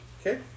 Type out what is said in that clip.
Okay